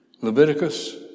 Leviticus